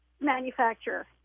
manufacturer